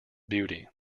beauty